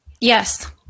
Yes